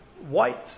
white